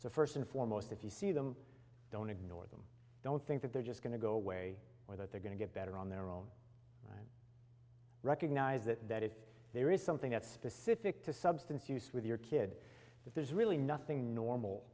so first and foremost if you see them don't ignore them don't think that they're just going to go away or that they're going to get better on their own recognize that that if there is something that's specific to substance use with your kid that there's really nothing normal